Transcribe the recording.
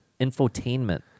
infotainment